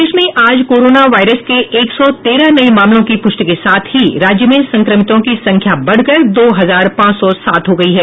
प्रदेश में आज corona virus के एक सौ सत्रह नये मामलों की पूष्टि के साथ ही राज्य में संक्रमितों की संख्या बढ़कर दो हजार पांच सौ सात हो गयी है